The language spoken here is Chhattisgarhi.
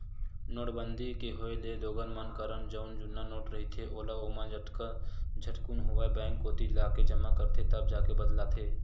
नोटबंदी के होय ले लोगन मन करन जउन जुन्ना नोट रहिथे ओला ओमन जतका झटकुन होवय बेंक कोती लाके जमा करथे तब जाके बदलाथे